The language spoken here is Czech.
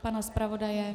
Pana zpravodaje.